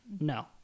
No